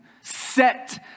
set